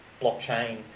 blockchain